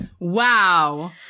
Wow